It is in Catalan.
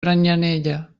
granyanella